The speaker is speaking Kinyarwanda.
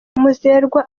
muzerwa